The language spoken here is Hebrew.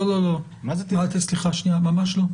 לא, סליחה שנייה, ממש לא.